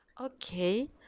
Okay